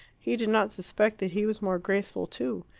he did not suspect that he was more graceful too.